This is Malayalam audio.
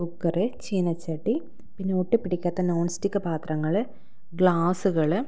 കുക്കറ് ചീനച്ചട്ടി പിന്നെ ഒട്ടി പിടിക്കാത്ത നോൺസ്റ്റിക്ക് പാത്രങ്ങൾ ഗ്ലാസ്സുകൾ